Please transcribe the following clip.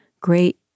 great